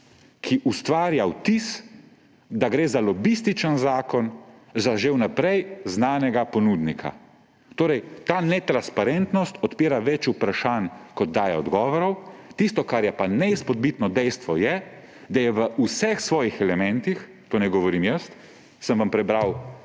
ki ustvarja vtis, da gre za lobističen zakon za že vnaprej znanega ponudnika. Ta netransparentnost odpira več vprašanj, kot daje odgovorov, tisto, kar je pa neizpodbitno dejstvo, pa je, da je v vseh svojih elementih, tega ne govorim jaz, sem vam prebral